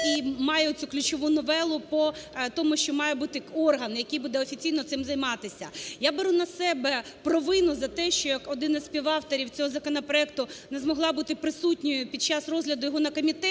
і має оцю ключову новелу по тому, що має бути орган, який буде офіційно цим займатися. Я беру на себе провину за те, що як один із співавторів цього законопроекту не змогла бути присутньою під час розгляду його на комітеті.